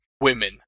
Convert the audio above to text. Women